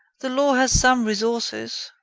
the law has some resources.